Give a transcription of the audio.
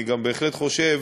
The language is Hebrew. אני גם בהחלט חושב